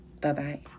Bye-bye